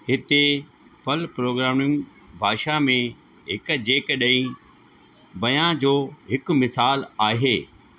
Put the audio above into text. हिते Perl programming भाषा में हिकु जेकॾहिं बयां जो हिकु मिसालु आहे